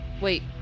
Wait